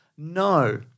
No